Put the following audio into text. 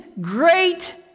great